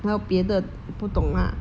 还有别的不懂 lah